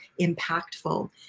impactful